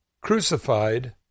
crucified